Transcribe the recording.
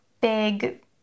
big